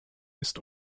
ist